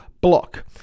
block